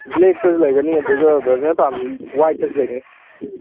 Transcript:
ꯕ꯭ꯂꯦꯛꯇꯁꯨ ꯂꯩꯒꯅꯤ ꯑꯗꯨꯒ ꯕ꯭ꯔꯗꯔꯅ ꯄꯥꯝꯃꯗꯤ ꯋꯥꯏꯠꯇꯁꯨ ꯂꯩꯒꯅꯤ